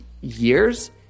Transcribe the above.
years